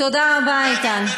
תודה רבה, איתן.